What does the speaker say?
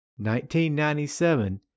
1997